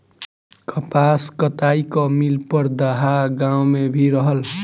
कपास कताई कअ मिल परदहा गाँव में भी रहल